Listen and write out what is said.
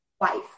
wife